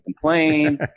complain